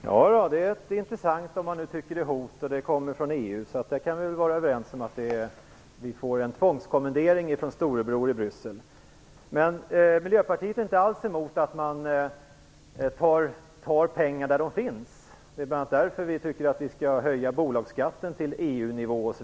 Herr talman! Det är intressant, om man nu tycker att det är ett hot, och det kommer från EU. Så vi kan väl vara överens om att vi får en tvångskommendering från storebror i Bryssel. Miljöpartiet är inte alls emot att man tar pengar där de finns. Det är därför vi tycker att man skall höja bolagsskatten till EU-nivå.